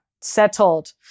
Settled